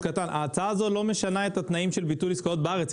ההצעה הזו לא משנה את התנאים של ביטול עסקאות בארץ,